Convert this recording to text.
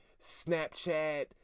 Snapchat